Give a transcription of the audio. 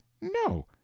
no